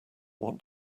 what